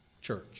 church